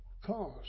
cause